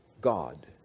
God